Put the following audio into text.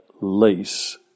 lease